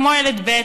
כמו ילד ב',